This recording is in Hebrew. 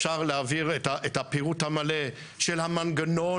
אפשר להעביר את הפירוט המלא של המנגנון